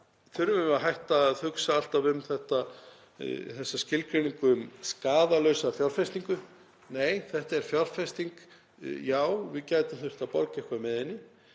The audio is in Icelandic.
þurfum að hætta að hugsa alltaf um þessa skilgreiningu um skaðlausa fjárfestingu. Nei, þetta er fjárfesting. Já, við gætum þurft að borga eitthvað með henni